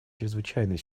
чрезвычайной